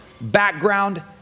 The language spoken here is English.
background